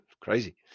crazy